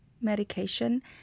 medication